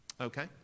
okay